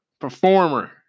performer